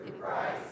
Christ